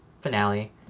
finale